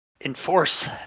enforce